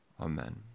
Amen